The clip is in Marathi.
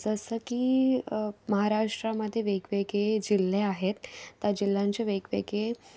जसं की महाराष्ट्रामध्ये वेगवेगळे जिल्हे आहेत त्या जिल्ह्यांचे वेगवेगळे